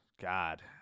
god